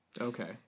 Okay